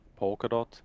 Polkadot